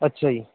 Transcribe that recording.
ਅੱਛਾ ਜੀ